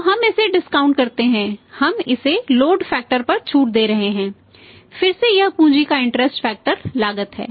तो हम इसे डिस्काउंट अवधि के अंत में